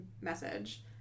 message